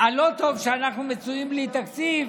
הלא-טוב שאנחנו מצויים, בלי תקציב,